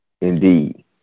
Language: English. Indeed